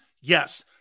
Yes